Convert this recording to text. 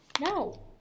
No